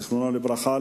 זיכרונו לברכה,